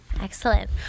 Excellent